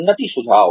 उन्नति सुझाव